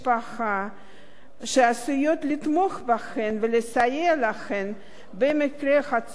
שעשויים לתמוך בהן ולסייע להן במקרה הצורך,